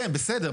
כן, בסדר.